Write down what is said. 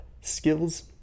Skills